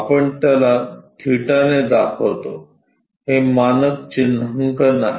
आपण त्याला थीटा ने दाखवतो हे मानक चिन्हांकन आहे